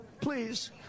Please